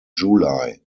july